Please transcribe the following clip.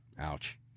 Ouch